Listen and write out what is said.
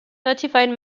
notified